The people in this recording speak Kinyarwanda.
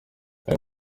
aya